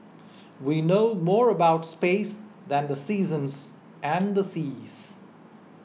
we know more about space than the seasons and seas